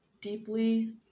deeply